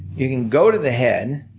you can go to the head.